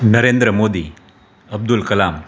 Narendra Modi Abdul Kalam